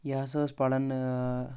یہِ ہسا ٲس پران اۭ